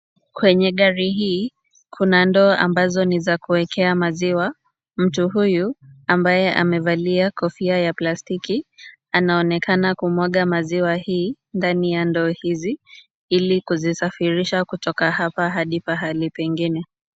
Kwenye gari hii, kuna ndoo ambazo ni za kuekea maziwa. Mtu huyu ambaye amevalia kofia ya plastiki, anaonekana kumwaga maziwa hili ndani ya ndoo hizi, ili kuzisafirisha kutoka hapa hadi pahali pengine.